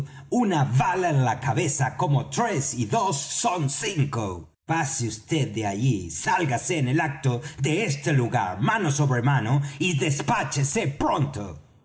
una bala en la cabeza como tres y dos son cinco pase vd de allí sálgase en el acto de este lugar mano sobre mano y despáchese pronto